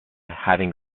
having